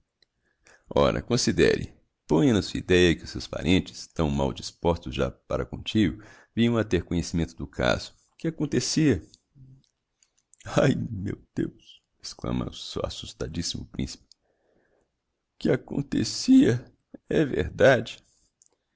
sua ideia que os seus parentes tão mal dispostos já para com o tio vinham a ter conhecimento do caso que acontecia ai meu deus exclama o assustadissimo principe que acontecia é verdade